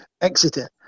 Exeter